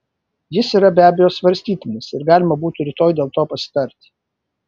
jis yra be abejo svarstytinas ir galima būtų rytoj dėl to pasitarti